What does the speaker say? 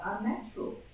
unnatural